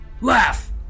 Laugh